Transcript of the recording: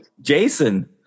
Jason